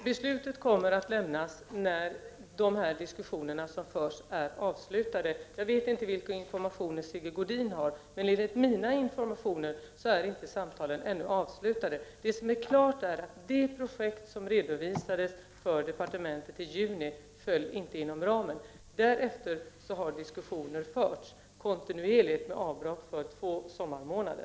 Herr talman! Beslutet kommer att lämnas när de diskussioner som förs är avslutade. Jag vet inte vilka informationer Sigge Godin har, men enligt mina informationer är samtalen ännu inte avslutade. Det som är klart är att det projekt som redovisades för departementet i juni inte föll inom ramen. Därför har diskussioner förts kontinuerligt, med avbrott för två sommarmånader.